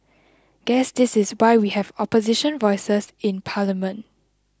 guess this is why we have opposition voices in parliament